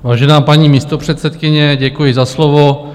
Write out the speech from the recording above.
Vážená paní místopředsedkyně, děkuji za slovo.